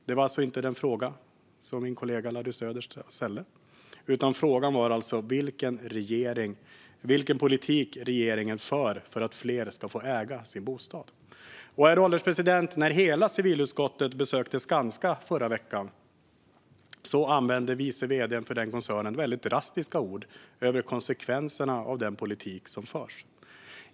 Det var alltså inte det som min kollega frågade om. Frågan var alltså vilken politik regeringen för för att fler ska få äga sin bostad. Herr ålderspresident! När hela civilutskottet besökte Skanska förra veckan använde vice vd:n för denna koncern mycket drastiska ord i fråga om konsekvenserna av den politik som förs.